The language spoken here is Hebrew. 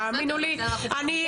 תאמינו לי,